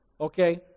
Okay